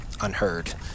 Unheard